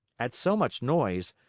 at so much noise,